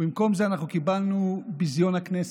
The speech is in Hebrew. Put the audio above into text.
ובמקום זה אנחנו קיבלנו ביזיון הכנסת.